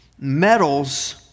Metals